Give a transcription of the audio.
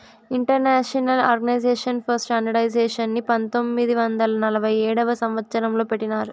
international organization for స్టాండర్డయిజేషన్ని పంతొమ్మిది వందల నలభై ఏడవ సంవచ్చరం లో పెట్టినారు